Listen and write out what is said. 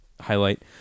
highlight